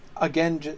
again